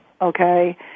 okay